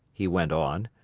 he went on,